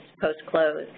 post-close